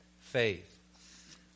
faith